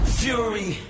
fury